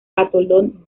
atolón